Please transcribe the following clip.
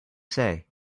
say